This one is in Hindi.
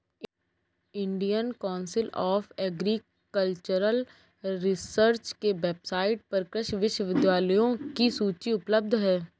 Indian council of agricultural research के वेबसाइट पर कृषि विश्वविद्यालयों की सूची उपलब्ध है